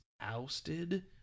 ousted